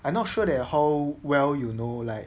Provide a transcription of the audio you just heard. I not sure that how well you know like